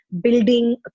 building